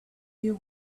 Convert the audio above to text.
you